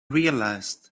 realized